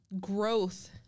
growth